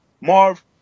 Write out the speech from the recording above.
Marv